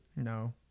No